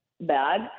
bag